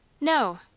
No